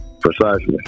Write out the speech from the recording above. Precisely